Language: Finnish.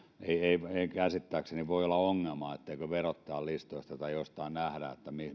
ei ei käsittääkseni voi olla ongelma etteikö verottajan listoista tai jostain nähdä